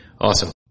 Awesome